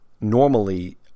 normally